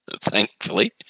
thankfully